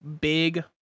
big